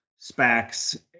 SPACs